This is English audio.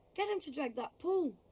get them to drag that pool.